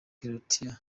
croatia